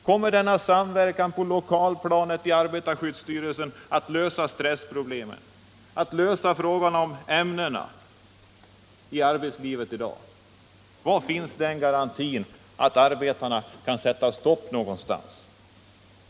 Kommer samverkan på lokalplanet med arbetarskyddsstyrelsen att lösa stressproblemen och frågan om de farliga ämnena i arbetslivet i dag? Var finns garantin för att arbetarna kan sätta stopp någonstans?